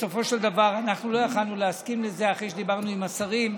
בסופו של דבר אנחנו לא יכולנו להסכים לזה אחרי שדיברנו עם השרים.